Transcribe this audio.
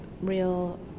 real